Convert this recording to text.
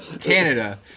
Canada